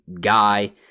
guy